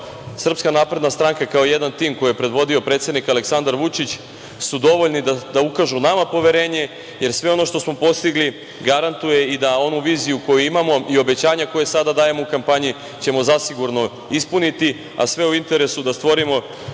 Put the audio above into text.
kao SNS, kao jedan tim koji je predvodio predsednik Aleksandar Vučić su dovoljni da ukažu nama poverenje, jer sve ono što smo postigli garantuje i da onu viziju koju imamo i obećanja koja sada dajemo u kampanji ćemo zasigurno ispuniti, a sve u interesu da stvorimo bolje